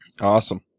Awesome